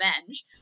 revenge